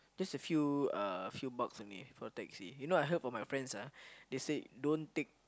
just a few uh few bucks only from taxi you know I heard from my friends ah they say don't take